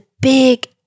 big